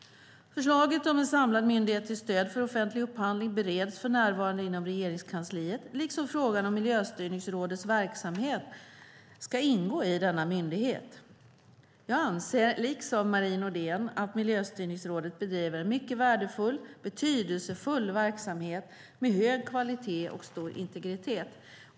Förslaget om en samlad myndighet till stöd för offentlig upphandling bereds för närvarande inom Regeringskansliet liksom frågan huruvida Miljöstyrningsrådets verksamhet ska ingå i denna myndighet. Jag anser likt Marie Nordén att Miljöstyrningsrådet bedriver en mycket betydelsefull verksamhet med hög kvalitet och stor integritet.